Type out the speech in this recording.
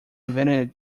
invented